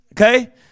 okay